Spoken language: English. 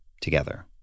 together